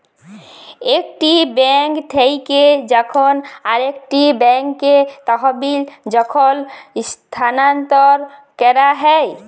একটি বেঙ্ক থেক্যে যখন আরেকটি ব্যাঙ্কে তহবিল যখল স্থানান্তর ক্যরা হ্যয়